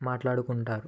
మాట్లాడుకుంటారు